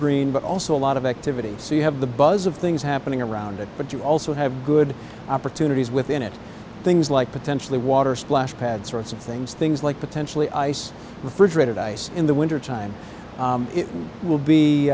green but also a lot of activity so you have the buzz of things happening around it but you also have good opportunities within it things like potentially water splash pad sorts of things things like potentially ice refrigerated ice in the wintertime it will be